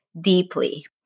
deeply